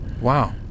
Wow